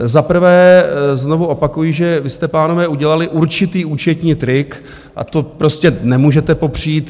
Za prvé, znovu opakuji, že vy jste, pánové, udělali určitý účetní trik, a to prostě nemůžete popřít.